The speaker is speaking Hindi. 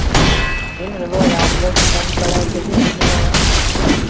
मैम लगभग रात भर से बन्द पड़ा है कैसे कूलिन्ग होगी